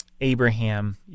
Abraham